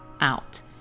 out